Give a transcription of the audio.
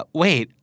wait